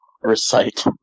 recite